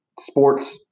sports